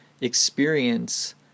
experience